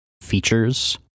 features